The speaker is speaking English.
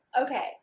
okay